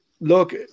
Look